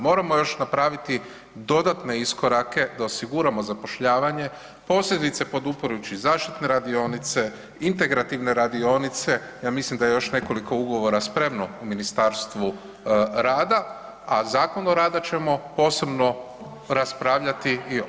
Moramo još napraviti dodatne iskorake da osiguramo zapošljavanje, posebice podupirući zaštitne radionice, integrativne radionice, ja mislim da je još nekoliko ugovora spremno u Ministarstvu rada, a Zakon o radu ćemo posebno raspravljati. … [[Upadica se ne razumije.]] Hvala lijepa.